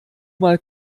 mal